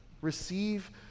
Receive